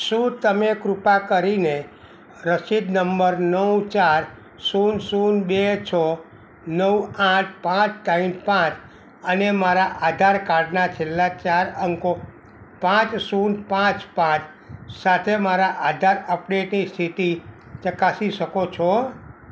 શું તમે કૃપા કરીને રસીદ નંબર નવ ચાર શૂન્ય શૂન્ય બે છ નવ આઠ પાંચ ત્રણ પાંચ અને મારા આધાર કાર્ડના છેલ્લા ચાર અંકો પાંચ શૂન્ય પાંચ પાંચ સાથે મારા આધાર અપડેટની સ્થિતિ ચકાસી શકો છો